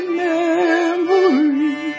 memory